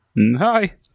Hi